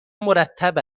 مرتب